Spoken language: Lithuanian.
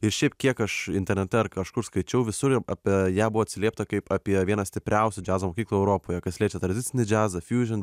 ir šiaip kiek aš internete ar kažkur skaičiau visur apie ją buvo atsiliepta kaip apie vieną stipriausių džiazo mokyklų europoje kas liečia tradicinį džiazą fusion